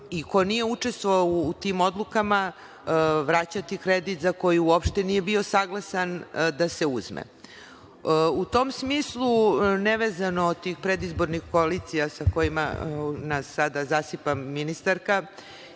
i ko nije učestvovao u tim odlukama vraćati kredit za koji uopšte nije bio saglasan da se uzme.U tom smislu, nevezano od tih predizbornih koalicija sa kojima nas sada zasipa ministarka,